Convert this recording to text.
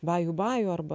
baju baju arba